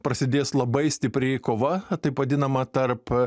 prasidės labai stipri kova taip vadinama tarp